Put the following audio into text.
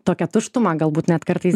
tokią tuštumą galbūt net kartais